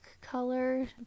color